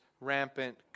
rampant